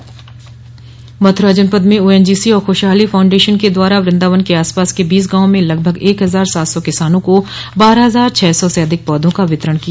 मथुरा जनपद में ओएनजीसी और खुशहाली फाउडेंशन के द्वारा वृंदावन के आसपास के बीस गांवों में लगभग एक हजार सात सौ किसानों को बारह हजार छह सौ से अधिक पौधों का वितरण किया